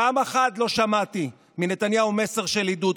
פעם אחת לא שמעתי מנתניהו מסר של עידוד,